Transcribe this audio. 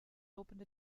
opened